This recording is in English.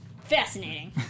fascinating